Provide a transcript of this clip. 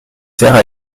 serres